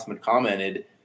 commented